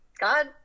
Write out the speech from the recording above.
God